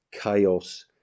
chaos